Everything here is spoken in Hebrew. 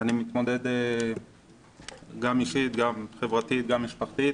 אני מתמודד גם אישית, גם חברתית, גם משפחתית